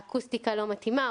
האקוסטיקה לא מתאימה,